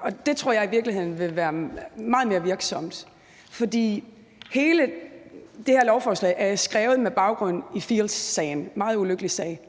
og det tror jeg i virkeligheden vil være meget mere virksomt, for hele det her lovforslag er skrevet med baggrund i Field's-sagen, en meget ulykkelig sag.